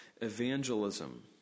evangelism